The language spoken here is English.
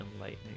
lightning